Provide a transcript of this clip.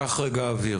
גיל, קח רגע אוויר.